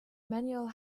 manuel